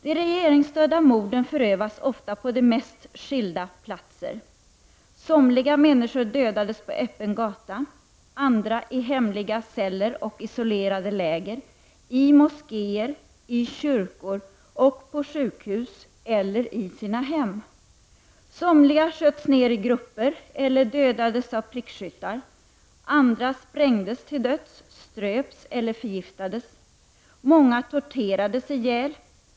De regeringsstödda morden förövades på de mest skilda platser. Somliga människor dödades på öppen gata, andra i hemliga celler och i isolerade läger, i moskéer, i kyrkor och på sjukhus eller i sina hem. Somliga sköts ner i grupper eller dödades av prickskyttar. Andra sprängdes till döds, ströps eller förgiftades. Många torterades ihjäl.